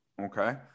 Okay